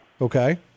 Okay